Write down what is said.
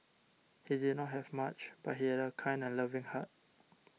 he did not have much but he had a kind and loving heart